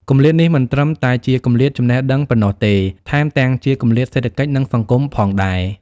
គម្លាតនេះមិនត្រឹមតែជាគម្លាតចំណេះដឹងប៉ុណ្ណោះទេ ថែមទាំងជាគម្លាតសេដ្ឋកិច្ច និងសង្គមផងដែរ។